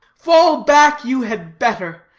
fall back you had better,